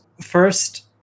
first